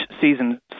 season